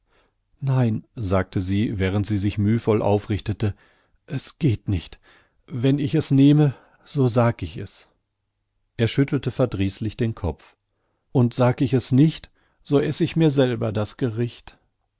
nein sagte sie während sie sich mühvoll aufrichtete es geht nicht wenn ich es nehme so sag ich es er schüttelte verdrießlich den kopf und sag ich es nicht so ess ich mir selber das gericht